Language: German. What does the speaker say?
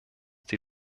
die